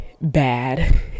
bad